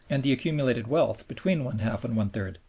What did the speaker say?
and the accumulated wealth between one-half and one-third.